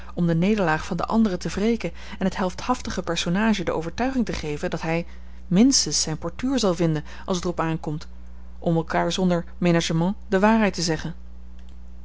om de nederlaag van de anderen te wreken en het heldhaftige personage de overtuiging te geven dat hij minstens zijn portuur zal vinden als het er op aankomt om elkaar zonder menagement de waarheid te zeggen